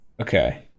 okay